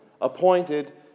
appointed